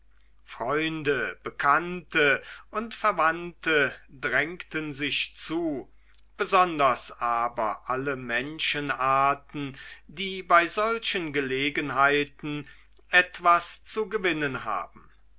freunde bekannte und verwandte drängten sich zu besonders aber alle menschenarten die bei solchen gelegenheiten etwas zu gewinnen haben